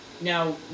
now